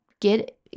get